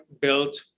built